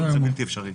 זה פשוט בלתי אפשרי.